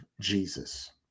Jesus